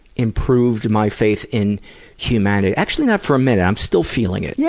improved my faith in humanity. actually, not for a minute i'm still feeling it. yeah